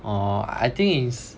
orh I think is